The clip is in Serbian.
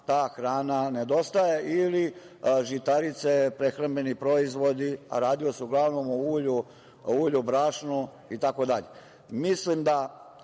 ta hrana nedostaje ili žitarice, prehrambeni proizvodi, a radilo se uglavnom o ulju, brašnu